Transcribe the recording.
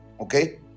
Okay